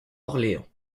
orléans